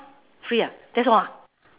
free ah that's all ah